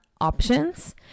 options